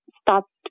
stopped